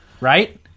right